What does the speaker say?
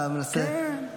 אתה מנסה --- כן,